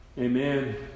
amen